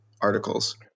articles